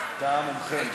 תא המומחים.